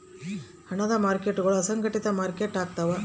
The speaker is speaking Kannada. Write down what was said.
ಹಣದ ಮಾರ್ಕೇಟ್ಗುಳು ಅಸಂಘಟಿತ ಮಾರುಕಟ್ಟೆ ಆಗ್ತವ